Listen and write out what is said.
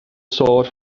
sword